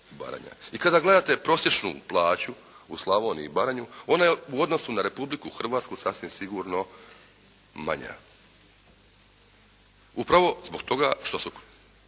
I kada gledate prosječnu plaću u Slavoniji i Baranji ona je u odnosu na Republiku Hrvatsku sasvim sigurno manja. Upravo zbog toga što su